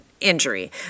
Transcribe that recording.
injury